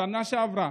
בשנה שעברה